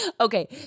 Okay